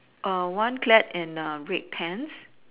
err one plaid in a red pants